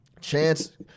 Chance